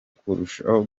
kurushaho